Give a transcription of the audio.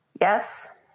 yes